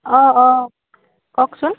অঁ অঁ কওকচোন